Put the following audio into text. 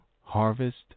harvest